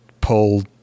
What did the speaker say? pull